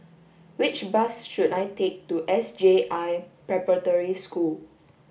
which bus should I take to S J I Preparatory School